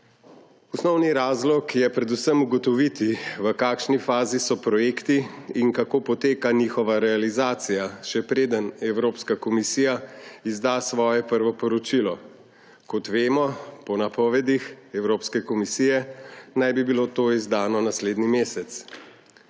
Osnovni razlog je predvsem ugotoviti, v kakšni fazi so projekti in kako poteka njihova realizacija, še preden Evropska komisija izda svoje prvo poročilo; kot vemo, da naj bi bilo to po napovedih Evropske komisije izdano naslednji mesec.